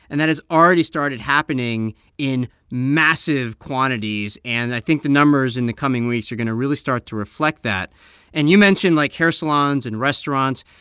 and that has already started happening in massive quantities, and i think the numbers in the coming weeks are going to really start to reflect that and you mentioned, like, hair salons and restaurants.